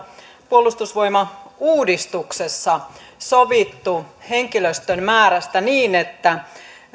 puolustusvoimauudistuksessa sovittu henkilöstön määrästä niin että